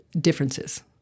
differences